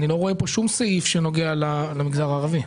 אני לא רואה פה שום סעיף שנוגע למגזר הערבי.